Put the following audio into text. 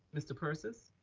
mr. persis.